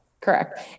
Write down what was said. Correct